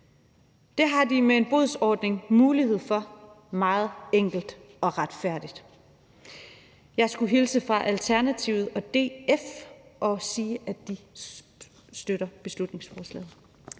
Det har de med en bodsordning mulighed for meget enkelt og retfærdigt. Jeg skulle hilse fra Alternativet og DF og sige, at de støtter beslutningsforslaget.